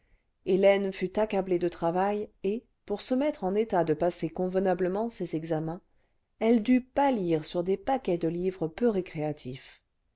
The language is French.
hélène fut accablée de travail et pour se mettre en état cle passer convenablement ses examens elle dut pâlir sur des paquets de livres peu récréatifs